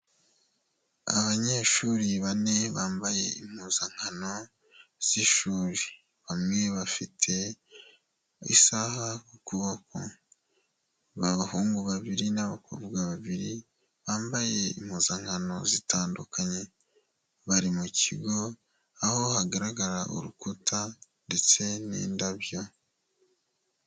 Abanyeshuri bane bambaye impuzankano z'ishuri bamwe bafite isaha ku kuboko, abahungu babiri n'abakobwa babiri bambaye impuzankano zitandukanye bari mu kigo aho hagaragara urukuta ndetse n'indabyo.